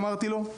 אמרתי לו,